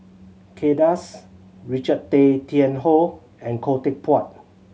Kay Das Richard Tay Tian Hoe and Khoo Teck Puat